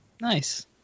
Nice